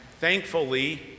thankfully